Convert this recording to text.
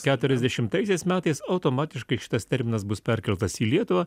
keturiasdešimtaisiais metais automatiškai šitas terminas bus perkeltas į lietuvą